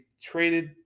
traded